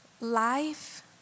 Life